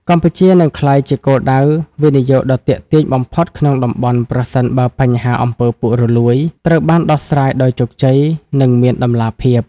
កម្ពុជានឹងក្លាយជាគោលដៅវិនិយោគដ៏ទាក់ទាញបំផុតក្នុងតំបន់ ប្រសិនបើបញ្ហា អំពើពុករលួយ ត្រូវបានដោះស្រាយដោយជោគជ័យ និងមានតម្លាភាព។